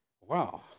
wow